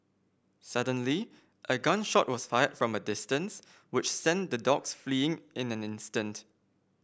suddenly a gun shot was fired from a distance which sent the dogs fleeing in an instant